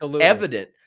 evident